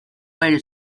way